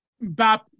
bap